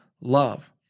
love